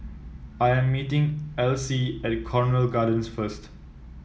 I am meeting Alcie at Cornwall Gardens first